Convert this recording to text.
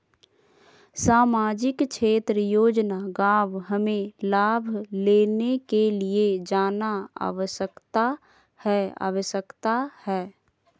सामाजिक क्षेत्र योजना गांव हमें लाभ लेने के लिए जाना आवश्यकता है आवश्यकता है?